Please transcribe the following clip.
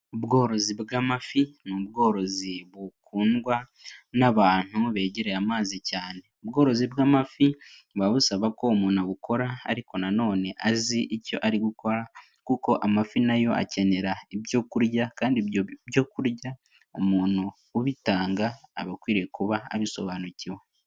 Ubworozi bw'amafi ni ubworozi bukundwa n'abantu begereye amazi cyane, ubworozi bw'amafi buba busaba ko umuntu abukora ariko na none azi icyo ari gukora, kuko amafi nayo akenera ibyo kurya, kandi ibyo byo kurya umuntu ubitanga aba akwiriye kuba abisobanukiwe.